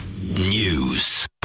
News